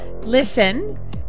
listen